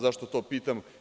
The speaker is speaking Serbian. Zašto to pitam?